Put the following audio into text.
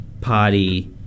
party